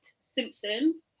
Simpson